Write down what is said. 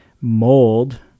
mold